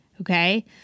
Okay